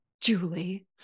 Julie